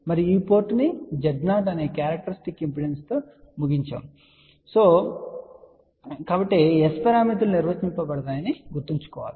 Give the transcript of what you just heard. మరియు ఈ పోర్టును Z0 అనే క్యారెక్టర్స్టిక్ ఇంపిడెన్స్ తో ముగించినప్పుడు S పారామితులు నిర్వచించబడతాయని గుర్తుంచుకోండి